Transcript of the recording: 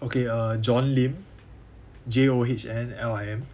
okay uh john lim J O H N L I M